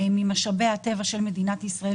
ממשאבי הטבע של מדינת ישראל,